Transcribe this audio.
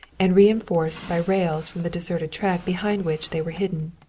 and reinforced by rails from the deserted track behind which they were hidden.